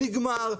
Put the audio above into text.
נגמר.